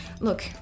Look